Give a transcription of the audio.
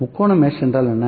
முக்கோண மெஷ் என்றால் என்ன